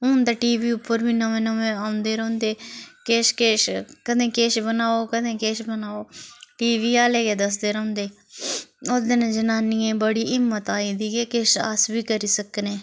हून ते T V उप्पर बी नमें नमें औंदे रौंहदे किश किश कदें किश बनाओ कदें किश बनाओ टी वी आह्ले गै दसदे रौंहदे ओह्दे ने जनानियें गी बडी हिम्मत आई दी कि किश अस बी करी सकने